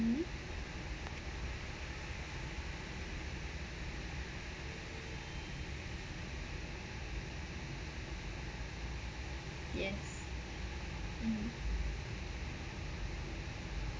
mm yes mm